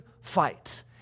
fight